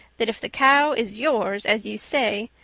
that if the cow is yours, as you say,